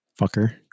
fucker